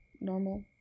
Normal